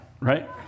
right